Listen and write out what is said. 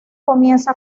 comienza